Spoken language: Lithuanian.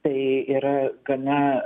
tai yra gana